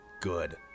Good